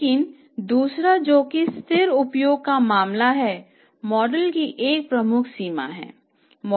लेकिन दूसरा जो कि स्थिर उपयोग का मामला है मॉडल की एक प्रमुख सीमा है